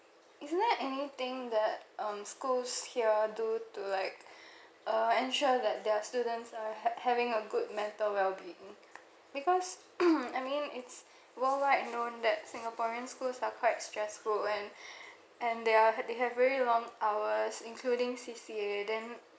isn't there anything that um schools here do to like uh ensure that their students are ha~ having a good mental well being because I mean it's worldwide known that singaporean schools are quite stressful and and their h~ they have very long hours including C_C_A then